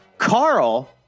Carl